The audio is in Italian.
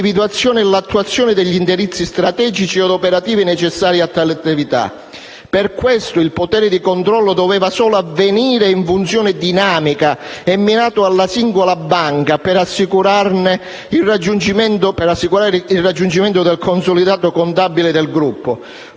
e l'attuazione degli indirizzi strategici e operativi necessari a tale attività. Il potere di controllo doveva solo avvenire in funzione dinamica ed essere mirato alla singola banca, per assicurarle il raggiungimento del consolidato contabile del gruppo,